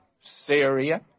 Syria